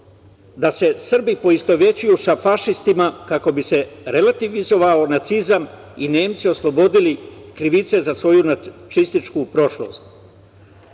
da se Srbi poistovećuju sa fašistima kako bi se relativizovao nacizam i Nemci oslobodili krivice za svoju nacističku prošlost?